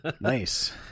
Nice